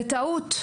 בטעות,